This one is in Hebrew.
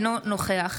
אינו נוכח